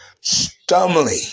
Stumbling